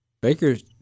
Baker's